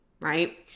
right